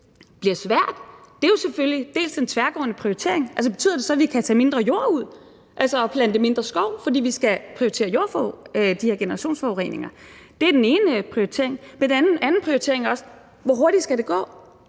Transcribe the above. bliver svært, er dels den tværgående prioritering, for betyder det så, at vi kan tage mindre jord ud og plante mindre skov, fordi vi skal prioritere de her generationsforureninger? Det er den ene prioritering. Den anden prioritering er, hvor hurtigt det